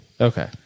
Okay